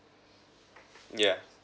yeah